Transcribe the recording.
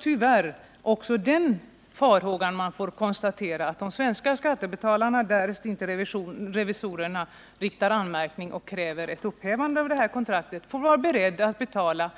Tyvärr är det en reell farhåga att de svenska skattebetalarna, därest revisorerna inte riktar anmärkning mot och kräver upphävande av kontraktet, får vara beredda att betala